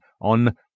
on